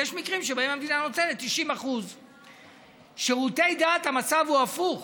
יש מקרים שהמדינה נותנת 90%. בשירותי דת המצב הוא הפוך: